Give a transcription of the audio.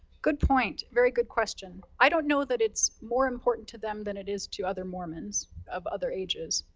good point, very good question. i don't know that it's more important to them than it is to other mormons of other ages.